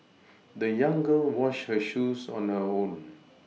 the young girl washed her shoes on her own